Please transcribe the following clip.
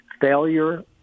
failure